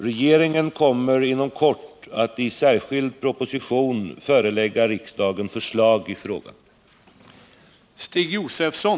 Regeringen kommer inom kort att i särskild proposition förelägga riksdagen förslag i frågan.